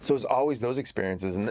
so it's always those experiences, and